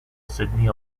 sydney